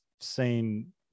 seen